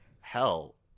hell